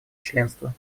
членства